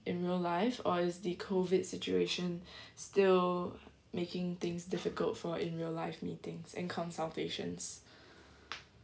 in real life or is the COVID situation still making things difficult for in real life meetings and consultations